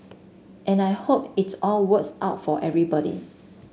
and I hope it's all works out for everybody